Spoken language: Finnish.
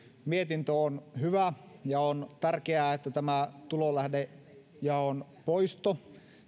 mietintö on hyvä ja on tärkeää että tämä tulonlähdejaon poisto